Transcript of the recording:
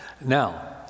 Now